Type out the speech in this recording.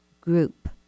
group